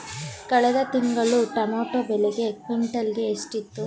ಕಳೆದ ತಿಂಗಳು ಟೊಮ್ಯಾಟೋ ಬೆಲೆ ಕ್ವಿಂಟಾಲ್ ಗೆ ಎಷ್ಟಿತ್ತು?